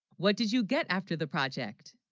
what did you get after the project?